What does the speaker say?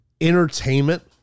entertainment